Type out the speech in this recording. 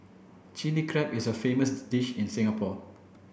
Chilli Crab is a famous dish in Singapore